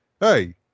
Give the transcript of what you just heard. hey